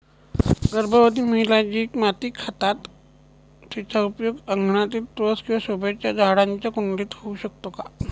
गर्भवती महिला जी माती खातात तिचा उपयोग अंगणातील तुळस किंवा शोभेच्या झाडांच्या कुंडीत होऊ शकतो का?